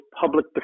public